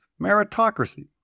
meritocracy